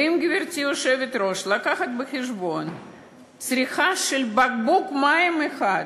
ואם גברתי היושבת-ראש מביאה בחשבון צריכה של בקבוק מים אחד,